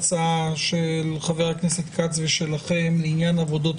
העבירה בהצעה של חבר הכנסת כץ היא העבירה